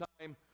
time